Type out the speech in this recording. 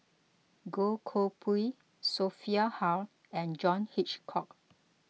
Goh Koh Pui Sophia Hull and John Hitchcock